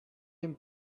him